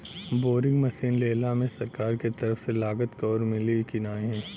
Boring machine लेला मे सरकार के तरफ से लागत कवर मिली की नाही?